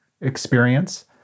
experience